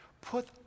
put